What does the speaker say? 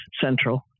central